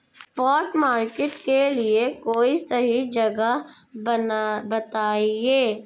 spot market के लिए कोई सही जगह बताएं